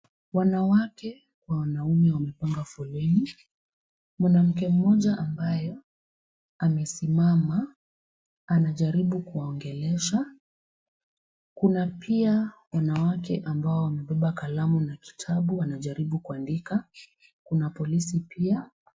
Wanawake kwa wanaume wamepanga foleni. Mwanamke mmoja ambaye amesimama anajaribu kuwaongelesha. Kuna pia wanawake ambao wamebeba kalamu na kitabu wanajaribu kuandika. Kuna polisi pia.